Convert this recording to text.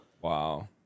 Wow